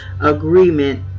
agreement